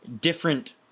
Different